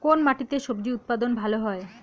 কোন মাটিতে স্বজি উৎপাদন ভালো হয়?